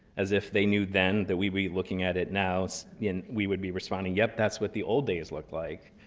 as if they knew then that we would be looking at it now, so yeah and we would be responding yep. that's what the old days looked like.